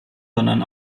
sondern